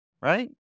Right